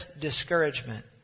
discouragement